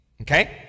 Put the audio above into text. Okay